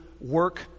work